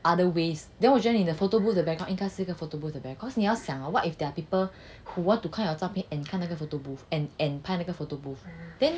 other ways then 我觉得你的 photo booth 的 background 一定是要一个 photobooth 的 background 所以你要想 what if there are people who want to 看 your 照片 and 看那个 photo booth and and 拍那个 photo photobooth then